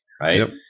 right